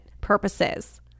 purposes